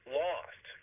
lost